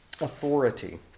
authority